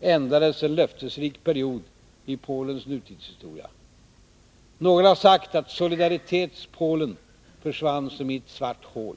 ändades en löftesrik period i Polens nutidshistoria. Någon har sagt att Solidaritets Polen försvann somi ett svart hål.